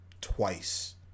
twice